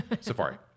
Safari